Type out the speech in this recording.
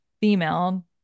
female